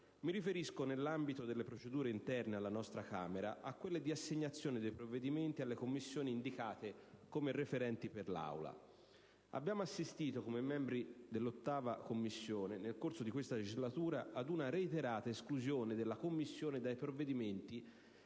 Mi riferisco, nell'ambito delle procedure interne alla nostra Camera, a quelle di assegnazione dei provvedimenti alle Commissioni indicate come referenti per l'Aula. Abbiamo assistito come membri dell'8a Commissione, nel corso di questa legislatura, ad una reiterata esclusione della Commissione dai provvedimenti